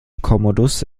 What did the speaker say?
commodus